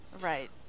Right